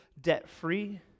debt-free